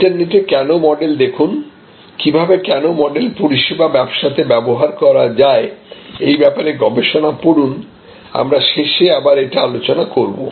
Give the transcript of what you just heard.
ইন্টারনেটে Kano model দেখুন কিভাবে ক্যানো মডেল পরিষেবা ব্যাবসাতে ব্যবহার করা যায় এই ব্যাপারে গবেষণা পড়ুন আমরা শেষে আবার এটা আলোচনা করব